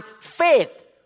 faith